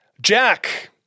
Jack